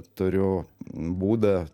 turiu būdą